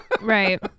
Right